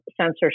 censorship